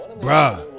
Bruh